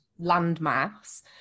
landmass